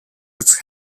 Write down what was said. its